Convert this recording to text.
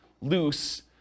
loose